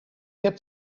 heb